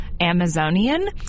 Amazonian